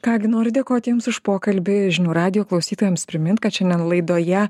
ką gi noriu dėkoti jums už pokalbį žinių radijo klausytojams primint kad šiandien laidoje